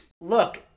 Look